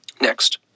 Next